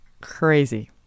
crazy